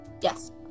Yes